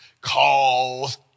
calls